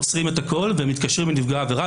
עוצרים הכול ומתקשרים לנפגע העבירה,